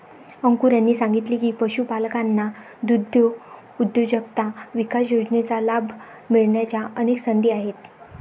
अंकुर यांनी सांगितले की, पशुपालकांना दुग्धउद्योजकता विकास योजनेचा लाभ मिळण्याच्या अनेक संधी आहेत